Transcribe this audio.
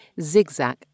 zigzag